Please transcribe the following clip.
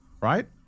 right